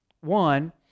One